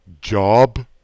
Job